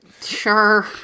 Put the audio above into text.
Sure